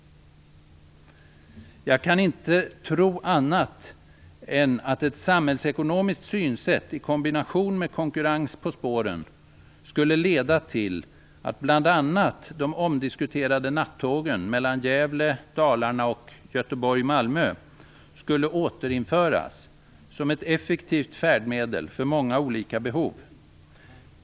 Jag kan inte tro annat än att ett samhällsekonomiskt synsätt i kombination med konkurrens på spåren skulle leda till att bl.a. de omdiskuterade nattågen mellan Gävle Malmö återinförs som ett effektivt färdmedel för många olika behov.